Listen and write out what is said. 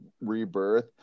rebirth